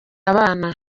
abana